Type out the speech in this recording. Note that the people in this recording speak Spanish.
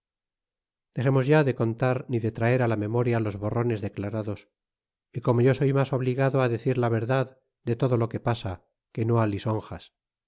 dexemos ya de contar ni de traer á la memoria los borrones declarados y corno yo soy mas obligado á decir la verdad de todo lo que pasa que no á lisonjas